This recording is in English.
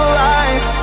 lies